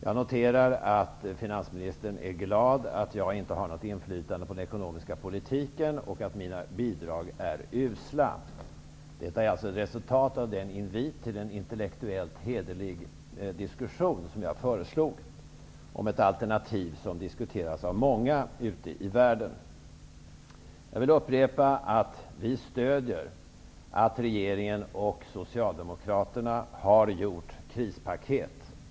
Jag noterar att finansministern är glad att jag inte har något inflytande på den ekonomiska politiken och att mina bidrag är usla. Detta är alltså ett resultat av den invit till en intellektuellt hederlig diskussion som jag gjorde, om ett alternativ som diskuteras av många ute i världen. Jag vill upprepa att vi stödjer att regeringen och Socialdemokraterna har gjort krispaket.